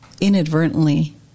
inadvertently